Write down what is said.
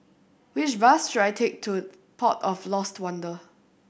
which bus should I take to Port of Lost Wonder